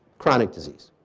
chronic disease.